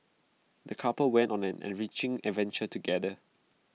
the couple went on an enriching adventure together